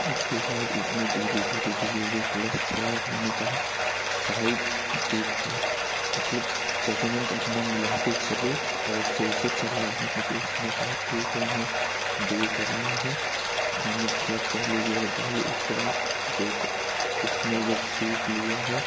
उसके बाद उसने धीरे धीरे धीरे धीरे क्लच छोड़ा मैंने कहा साइड देखकर मतलब जैसे मैंने कहा अपना मिलाकर चलो ऐसे ऐसे चलना है उसने कहा ठीक है मैं देख रहा हूँ मैंने बोला पहले गेयर डाल लो वह उसके बाद उसने जब सीख लिया है